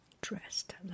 dressed